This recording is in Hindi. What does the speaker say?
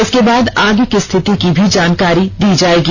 इसके बाद आगे की स्थिति की भी जानकारी दी जाएगी